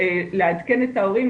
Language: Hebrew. לעדכן את ההורים,